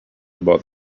about